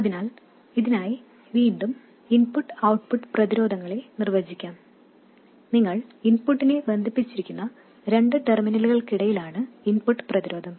അതിനാൽ ഇതിനായി വീണ്ടും ഇൻപുട്ട് ഔട്ട്പുട്ട് പ്രതിരോധങ്ങളെ നിർവചിക്കാം നിങ്ങൾ ഇൻപുട്ടിനെ ബന്ധിപ്പിക്കുന്ന രണ്ട് ടെർമിനലുകൾക്കിടയിലാണ് ഇൻപുട്ട് പ്രതിരോധം